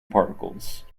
particles